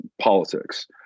politics